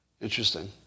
interesting